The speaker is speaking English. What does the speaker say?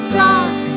dark